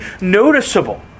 noticeable